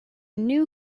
new